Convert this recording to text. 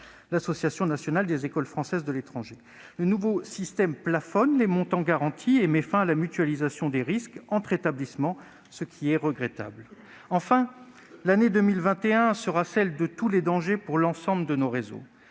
l'Association nationale des écoles françaises de l'étranger, l'Anefe. Le nouveau système plafonne les montants garantis et met fin à la mutualisation des risques entre établissements ; c'est regrettable. Enfin, l'année 2021 sera celle de tous les dangers pour l'ensemble de nos réseaux.